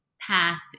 path